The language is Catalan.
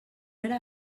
era